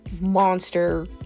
monster